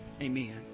Amen